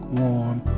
warm